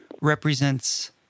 represents